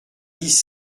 dix